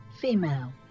female